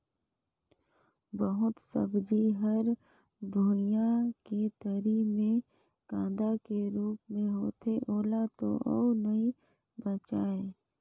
बहुत सब्जी हर भुइयां के तरी मे कांदा के रूप मे होथे ओला तो अउ नइ बचायें